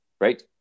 right